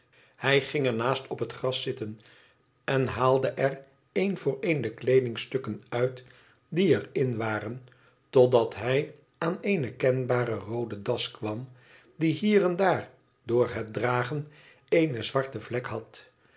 hij ging er naast op het gras zitten en haalde er een voor een de kleedingstukken uit die er in waren totdat hij aan eene kenbare roode das kwam die hier en daar door het dragen eene zwarte vlek had